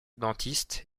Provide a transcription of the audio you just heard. dentiste